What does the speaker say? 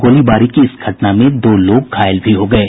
गोलीबारी की इस घटना में दो लोग घायल भी हो गये